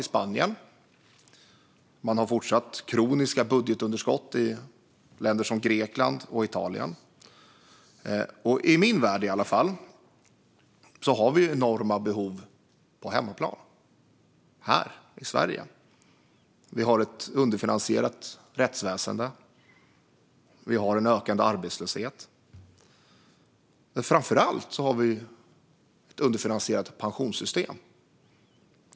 Grekland och Italien har fortsatt kroniska budgetunderskott. I min värld i alla fall har vi enorma behov på hemmaplan, här i Sverige. Vi har ett underfinansierat rättsväsen, vi har en ökande arbetslöshet och vi har framför allt ett underfinansierat pensionssystem.